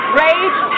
rage